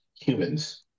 humans